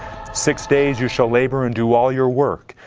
six days you shall labor and do all your work,